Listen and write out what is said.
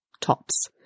tops